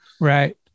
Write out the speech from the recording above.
Right